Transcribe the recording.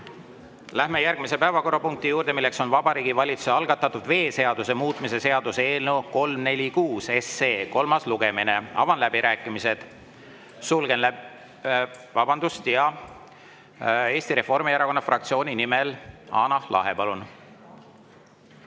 Läheme järgmise päevakorrapunkti juurde. See on Vabariigi Valitsuse algatatud veeseaduse muutmise seaduse eelnõu 346 kolmas lugemine. Avan läbirääkimised. Sulgen läbi … Vabandust! Eesti Reformierakonna fraktsiooni nimel Hanah Lahe, palun!